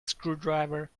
screwdriver